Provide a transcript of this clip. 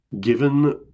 given